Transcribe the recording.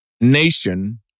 nation